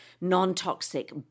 non-toxic